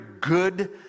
good